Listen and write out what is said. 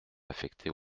affectées